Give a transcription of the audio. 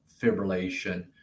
fibrillation